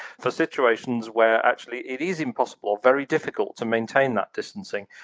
for situations where actually it is impossible or very difficult to maintain that distancing.